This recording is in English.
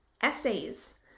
essays